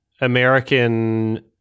american